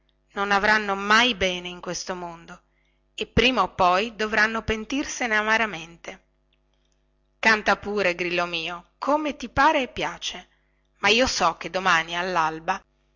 non avranno mai bene in questo mondo e prima o poi dovranno pentirsene amaramente canta pure grillo mio come ti pare e piace ma io so che domani allalba